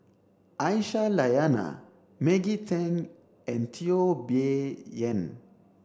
Aisyah Lyana Maggie Teng and Teo Bee Yen